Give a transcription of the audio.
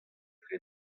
dre